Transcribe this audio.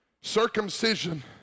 Circumcision